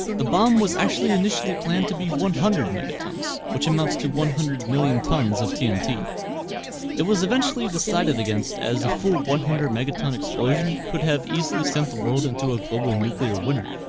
the bomb was actually initially planned to be one hundred megatons which amounts to one hundred million tons of tnt it was eventually decided against as a full one hundred megaton explosion could have easily sent the world into a global nuclear winter